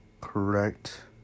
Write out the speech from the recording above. correct